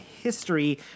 history